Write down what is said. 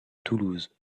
toulouse